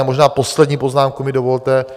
A možná poslední poznámku mi dovolte.